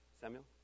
Samuel